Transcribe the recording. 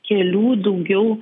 kelių daugiau